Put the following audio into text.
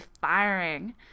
firing